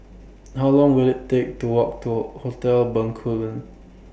How Long Will IT Take to Walk to Hotel Bencoolen